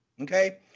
okay